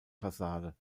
fassade